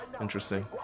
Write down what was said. Interesting